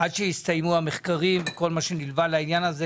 עד שיסתיימו המחקרים וכל מה שנלווה לזה.